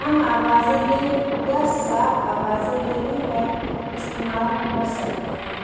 ہم آوازیں دیں یا صاف آوازیں لینے کا استعمال کر سکتے ہیں